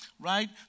right